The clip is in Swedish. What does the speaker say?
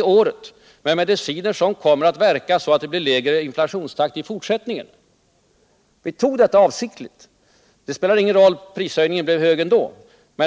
Men det var mediciner som kommer att verka så att inflationstakten blir lägre i fortsättningen. Vi tog dessa steg avsiktligt.